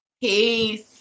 Peace